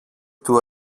του